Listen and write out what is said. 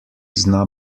zna